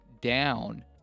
down